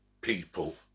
people